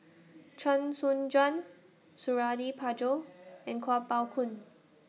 Chee Soon Juan Suradi Parjo and Kuo Pao Kun